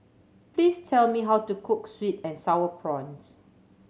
please tell me how to cook sweet and Sour Prawns